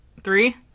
Three